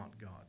God